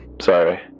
Sorry